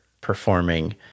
performing